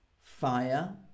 fire